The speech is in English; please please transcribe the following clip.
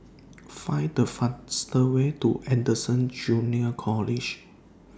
Find The fastest Way to Anderson Junior College